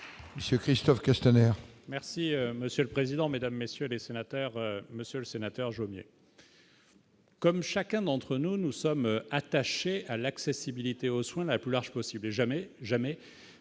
monsieur Christophe questionnaire. Merci monsieur le président, Mesdames, messieurs les sénateurs, Monsieur le Sénateur Jomier. Comme chacun d'entre nous, nous sommes attachés à l'accessibilité aux soins, la plus large possible, jamais, jamais,